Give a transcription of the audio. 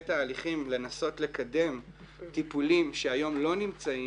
תהליכים לנסות לקדם טיפולים שהיום לא נמצאים.